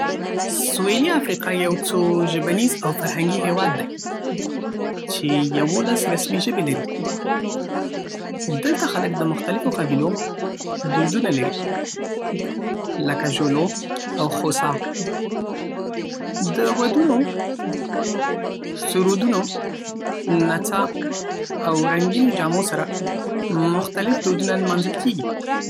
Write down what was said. سویلي افریقا یو څو ژبنیز او فرهنګي هیواد دی چې یولس رسمي ژبې لري. دلته خلک د مختلفو قبیلو دودونه لري، لکه زولو او خوسا. د ودونو، سرودونو، نڅا، او رنګین جامو سره مختلف دودونه نمانځل کېږي.